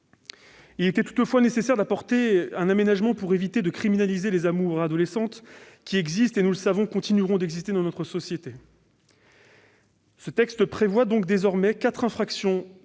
Il était toutefois nécessaire d'apporter un aménagement pour éviter de criminaliser les amours adolescentes, qui existent et, nous le savons, continueront d'exister dans notre société. Ce texte prévoit donc désormais quatre infractions